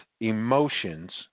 emotions